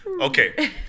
Okay